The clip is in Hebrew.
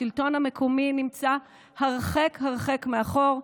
השלטון המקומי נמצא הרחק הרחק מאחור,